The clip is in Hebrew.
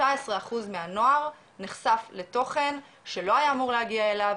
19 אחוז מהנוער נחשף לתוכן שלא אמור להגיע אליו,